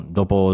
dopo